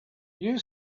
you